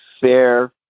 fair